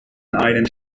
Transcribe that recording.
einen